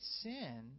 sin